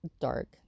dark